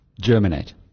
germinate